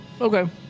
Okay